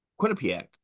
Quinnipiac